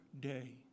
day